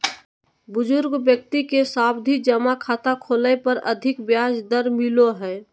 बुजुर्ग व्यक्ति के सावधि जमा खाता खोलय पर अधिक ब्याज दर मिलो हय